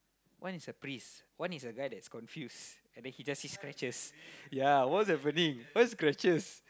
one is a priest one is a guy that's confused and then he just see scratches ya what's happening what's the questions